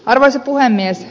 arvoisa puhemies